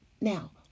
Now